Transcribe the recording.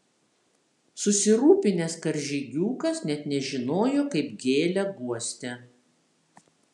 susirūpinęs karžygiukas net nežinojo kaip gėlę guosti